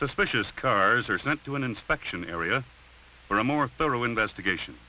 suspicious cars are sent to an inspection area for a more thorough investigation